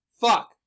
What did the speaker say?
Fuck